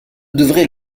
devrait